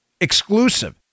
exclusive